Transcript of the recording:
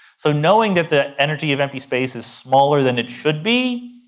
so knowing that the energy of empty space is smaller than it should be,